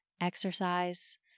exercise